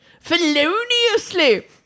feloniously